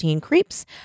Creeps